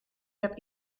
heb